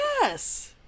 Yes